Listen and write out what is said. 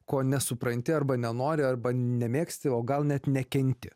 ko nesupranti arba nenori arba nemėgsti o gal net nekenti